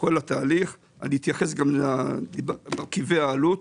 את כל התהליך ואני אתייחס גם למרכיבי העלות,